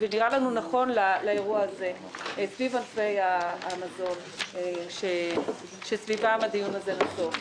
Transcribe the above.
לנו נכון לאירוע הזה סביב ענפי המזון שעליהם הדיון הזה נסוב.